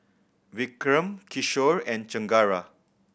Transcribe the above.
Vikram Kishore and Chengara